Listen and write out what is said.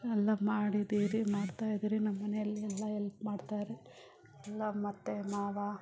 ಎಲ್ಲ ಮಾಡಿದ್ದೀವ್ರಿ ಮಾಡ್ತಾಯಿದ್ದೀವ್ರಿ ನಮ್ಮನೆಯಲ್ಲಿ ಎಲ್ಲ ಎಲ್ಪ್ ಮಾಡ್ತಾರೆ ಎಲ್ಲ ನಮ್ಮತ್ತೆ ಮಾವ